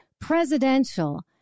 presidential